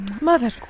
Mother